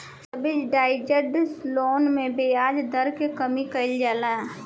subsidised loan में ब्याज दर के कमी कइल जाला